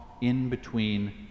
in-between